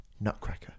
Nutcracker